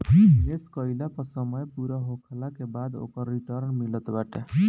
निवेश कईला पअ समय पूरा होखला के बाद ओकर रिटर्न मिलत बाटे